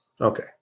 okay